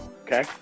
Okay